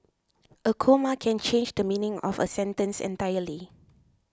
a comma can change the meaning of a sentence entirely